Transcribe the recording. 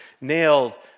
nailed